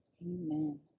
Amen